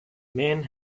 men